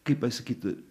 kaip pasakyt